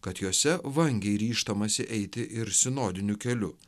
kad jose vangiai ryžtamasi eiti ir sinodiniu keliu